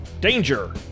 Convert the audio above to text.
Danger